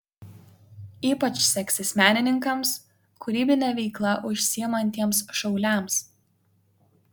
ypač seksis menininkams kūrybine veikla užsiimantiems šauliams